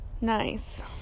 Nice